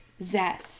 Zeth